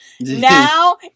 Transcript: Now